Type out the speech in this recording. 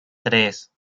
tres